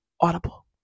Audible